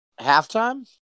Halftime